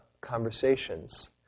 conversations